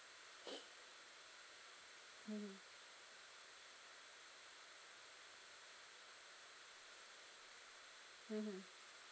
mmhmm mmhmm